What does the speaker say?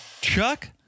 Chuck